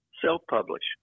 self-publish